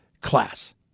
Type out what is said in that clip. class